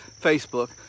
Facebook